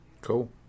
Cool